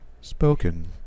spoken